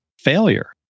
failure